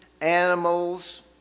animals